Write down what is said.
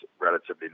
relatively